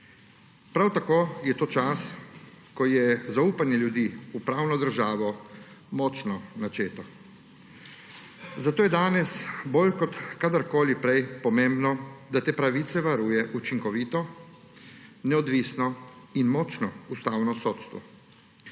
Prav tako je to čas, ko je zaupanje ljudi v pravno državo močno načeto. Zato je danes bolj kot kadarkoli prej pomembno, da te pravice varuje učinkovito, neodvisno in močno ustavno sodstvo.